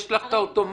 יש לך את האוטומטית.